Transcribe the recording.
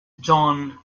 john